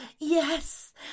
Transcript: yes